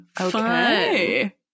okay